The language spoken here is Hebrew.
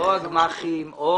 או הגמ"חים או